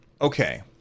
Okay